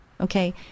Okay